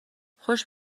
خوش